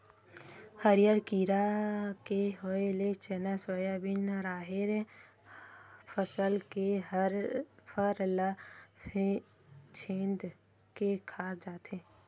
हरियर कीरा के होय ले चना, सोयाबिन, राहेर फसल के फर ल छेंद के खा जाथे